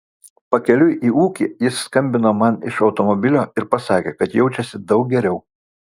pakeliui į ūkį jis skambino man iš automobilio ir pasakė kad jaučiasi daug geriau